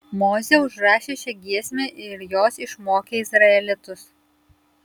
mozė užrašė šią giesmę ir jos išmokė izraelitus